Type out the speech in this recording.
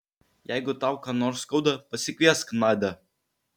jeigu tau ką nors skauda pasikviesk nadią